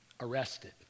Arrested